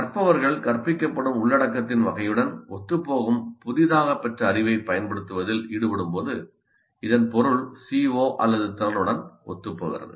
கற்பவர்கள் கற்பிக்கப்படும் உள்ளடக்கத்தின் வகையுடன் ஒத்துப்போகும் புதிதாகப் பெற்ற அறிவைப் பயன்படுத்துவதில் ஈடுபடும்போது இதன் பொருள் CO அல்லது திறனுடன் ஒத்துப்போகிறது